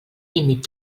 límit